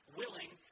willing